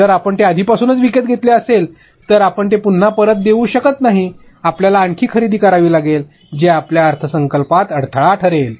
जर आपण ते आधीपासूनच विकत घेतले असेल तर आपण ते पुन्हा परत देऊ शकत नाही आपल्याला आणखी खरेदी करावी लागेल जे आपल्या अर्थसंकल्पात अडथळा ठरेल